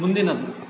ಮುಂದಿನದು